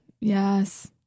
Yes